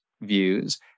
views